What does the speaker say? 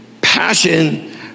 passion